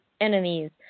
enemies